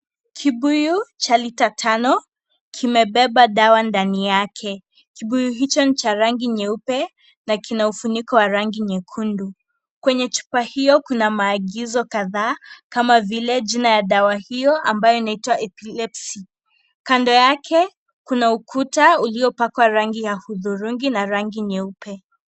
Kibuyu cha lita tano kimebeba dawa ndani yake, kibuyu hicho ni cha rangi nyeupe na kina ufuniko wa rangi nyekundu, kwenye chupa hiyo kuna maagizo kadhaa kama vile jina ya dawa hiyo ambayo inaitwa Epilepsy, kando yake kuna ukuta uliopakwa rangi ya hudhurungi na rangi nyeupe.